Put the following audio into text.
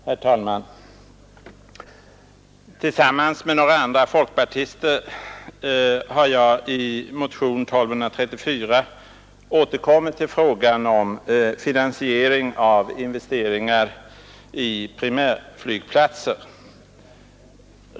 Herr talman! Tillsammans med några andra folkpartister har jag i motionen 1234 återkommit till frågan om finansiering av investeringar i primärflygplatser.